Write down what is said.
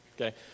Okay